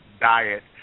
diet